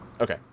Okay